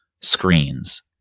screens